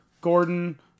Gordon